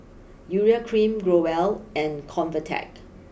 Urea cream Growell and ConvaTec